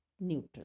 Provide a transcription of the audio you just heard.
neutral